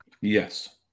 Yes